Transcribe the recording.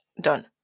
done